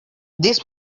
this